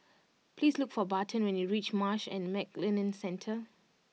please look for Barton when you reach Marsh and McLennan Centre